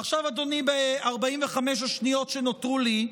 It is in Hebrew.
ועכשיו, אדוני, ב-45 השניות שנותרו לי,